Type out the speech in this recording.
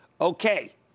Okay